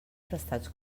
prestats